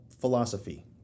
philosophy